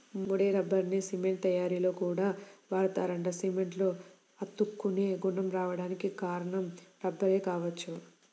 ముడి రబ్బర్ని సిమెంట్ తయ్యారీలో కూడా వాడతారంట, సిమెంట్లో అతుక్కునే గుణం రాడానికి కారణం రబ్బరే గావచ్చు